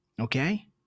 okay